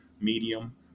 medium